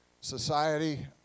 society